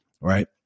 right